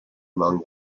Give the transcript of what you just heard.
among